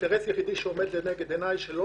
האינטרס היחיד שעומד לנגד עיני הוא שלא